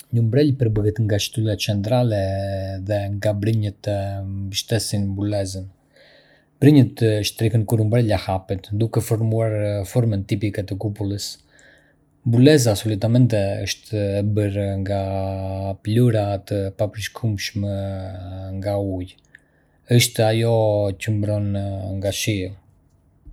Një umbrell përbëhet nga shtylla centrale, dhe nga brinjët që mbështesin mbulesën. Brinjët shtrihen kur umbella hapet, duke formuar formën tipike të kupolës. Mbulesa, solitamente e bërë nga pëlhura të papërshkueshme nga uji, është ajo që mbron nga shiu.